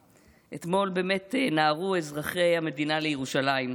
הלילה, אתמול באמת נהרו אזרחי המדינה לירושלים,